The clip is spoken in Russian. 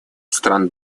стран